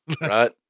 Right